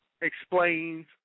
explains